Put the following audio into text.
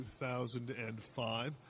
2005